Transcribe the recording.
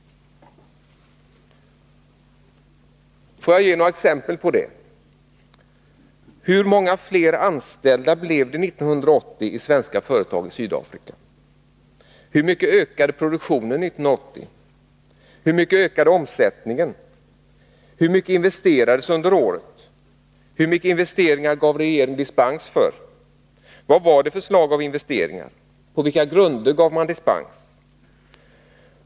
Låt mig ge några exempel på det. Vad var det för slag av investeringar?